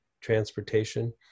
transportation